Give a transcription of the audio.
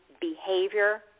behavior